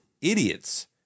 idiots